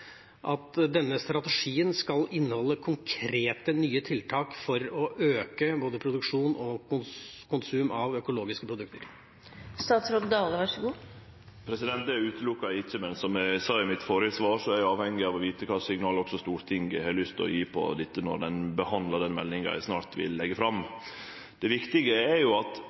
at denne strategien skal inneholde konkrete, nye tiltak for å øke både produksjon og konsum av økologiske produkter? Det ser eg ikkje bort frå. Men som eg sa i mitt førre svar, er eg avhengig av å vite kva signal Stortinget har lyst til å gje på dette når dei behandlar den meldinga eg snart vil leggje fram. Det viktige er at